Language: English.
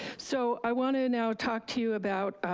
so, i want to now talk to you about